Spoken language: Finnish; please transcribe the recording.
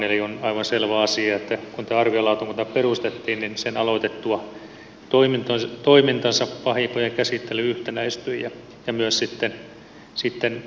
eli on aivan selvä asia että kun tämä arviolautakunta perustettiin niin sen aloitettua toimintansa vahinkojen käsittely yhtenäistyi ja myös sitten helpottui